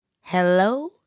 Hello